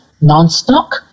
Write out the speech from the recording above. non-stock